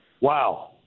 Wow